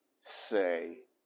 say